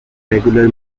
regular